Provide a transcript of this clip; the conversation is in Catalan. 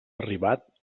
arribat